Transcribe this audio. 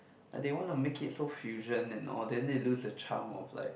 like they wanna make it so fusion and all then they lose the charm of like